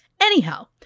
Anyhow